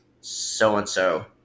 so-and-so